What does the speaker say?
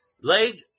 Leg